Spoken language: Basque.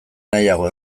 nahiago